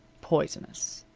poisonous.